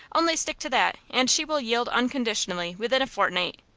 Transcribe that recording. only stick to that, and she will yield unconditionally within a fortnight.